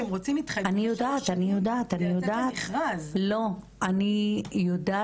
שהם רוצים התחייבות לשלוש שנים כדי לצאת למכרז.